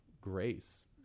grace